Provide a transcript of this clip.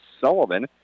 Sullivan